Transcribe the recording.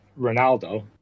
Ronaldo